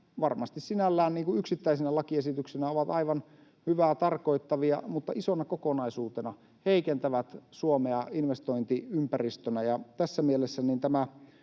varmasti sinällään yksittäisinä lakiesityksinä ovat aivan hyvää tarkoittavia mutta isona kokonaisuutena heikentävät Suomea investointiympäristönä. Tässä mielessä